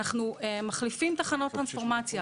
אנחנו מחליפים תחנות טרנספורמציה.